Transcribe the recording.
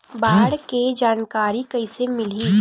बाढ़ के जानकारी कइसे मिलही?